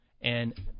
And-